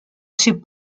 ces